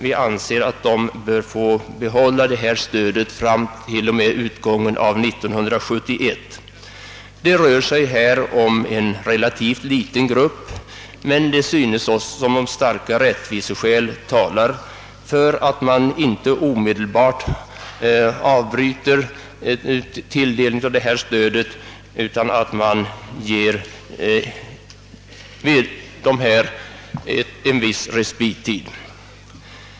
Vi anser att de bör få behålla detta stöd fram till utgången av 1971. Det rör sig här om en relativt liten grupp, men det synes oss som om starka rättviseskäl talade för att man inte omedelbart skall avbryta detta stöd utan ge dessa småbrukare en viss respittid.